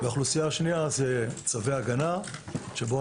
האוכלוסייה השנייה זה צווי הגנה שבהם